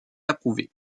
approuvés